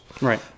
Right